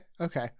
Okay